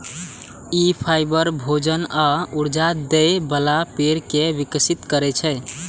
ई fibre, भोजन आ ऊर्जा दै बला पेड़ कें विकसित करै छै